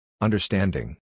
Understanding